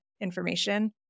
information